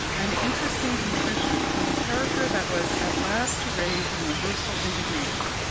an interesting contrition on the character that was at last to raise universal indignation.